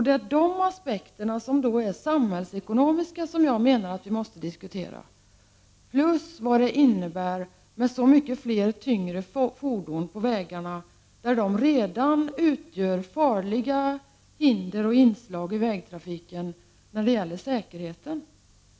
Det är denna samhällsekonomiska aspekt som jag menar att vi måste diskutera, liksom vad det innebär att ha så många fler tunga fordon på vägarna, där dessa redan utgör farliga inslag i trafiken och hinder för säkerheten.